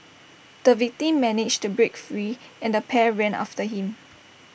the victim managed to break free and the pair ran after him